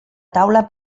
taula